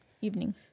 evening